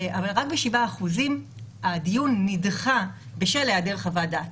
אבל רק ב-7% הדיון נדחה בשל העדר חוות דעת.